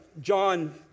John